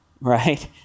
right